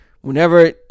Whenever